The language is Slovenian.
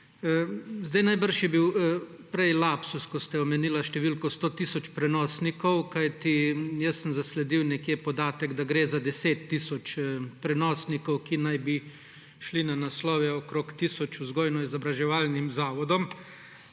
Verjetno je bil prej lapsus, ko ste omenili številko 100 tisoč prenosnikov, kajti jaz sem nekje zasledil podatek, da gre za 10 tisoč prenosnikov, ki naj bi šli na naslove okrog tisoč vzgojno-izobraževalnih zavodov.